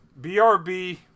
Brb